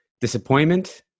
disappointment